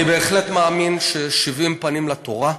אני בהחלט מאמין ששבעים פנים לתורה,